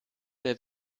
der